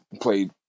played